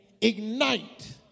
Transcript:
ignite